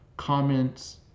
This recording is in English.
comments